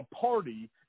party